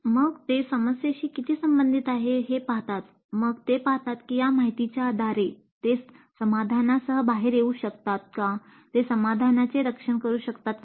मग ते समस्येशी किती संबंधित आहेत हे पाहतात मग ते पाहतात की या माहितीच्या आधारे ते समाधानासह बाहेर येऊ शकतात ते समाधानाचे रक्षण करू शकतात की नाही